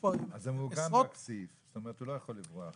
אז זה מעוגן בסעיף, זאת אומרת הוא לא יכול לברוח.